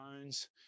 phones